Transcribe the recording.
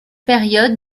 période